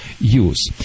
use